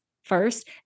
first